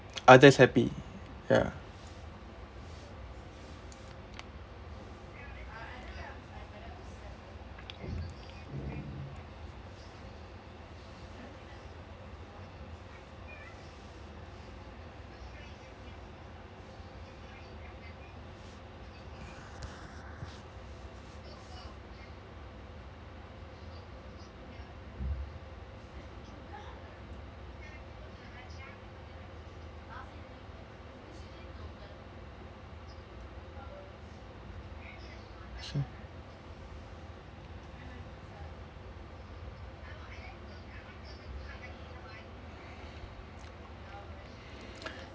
others happy ya so